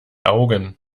augen